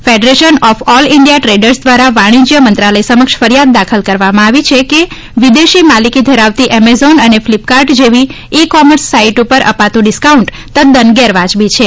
federation of All India Traders દ્વારા વાણિજ્ય મંત્રાલય સમક્ષ ફરિયાદ દાખલ કરવામાં આવી છે કે વિદેશી માલિકી ધરાવતી એમેઝોન અને ફ્લિપકાર્ટ જેવી ઇ કોમર્સ સાઇટ ઉપર અપાતું ડિસ્કાઉન્ટ તદ્દન ગેરવાજબી છે